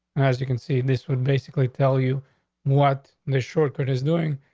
as you can see, this would basically tell you what the shortcut is doing.